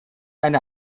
eine